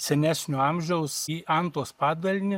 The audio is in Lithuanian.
senesnio amžiaus į antos padalinį